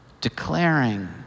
declaring